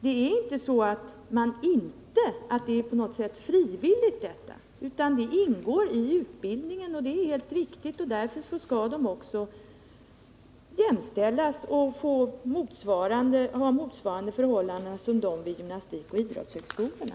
Det är inte så att anskaffningen av den här utrustningen är på något sätt frivillig för de studerande vid fritidsledarutbildningarna. De måste ha den, och därför skall de i det här avseendet jämställas med och ha motsvarande förhållanden som de studerande vid gymnastikoch idrottshögskolorna.